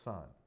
Son